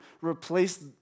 replace